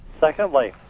Secondly